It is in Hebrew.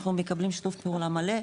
אנחנו מקבלים שיתוף פעולה מלא,